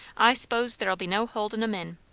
i s'pose there'll be no holding em in.